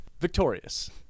Victorious